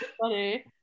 funny